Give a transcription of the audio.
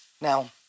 Now